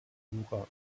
jura